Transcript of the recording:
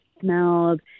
smelled